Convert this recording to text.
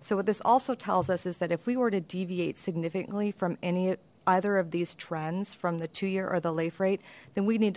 so what this also tells us that if we were to deviate significantly from any either of these trends from the two year or the life rate then we need